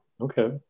Okay